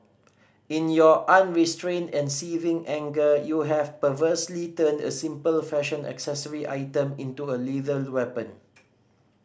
in your unrestrained and saving anger you have perversely turned a simple fashion accessory item into a to weapon